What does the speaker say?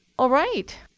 all right.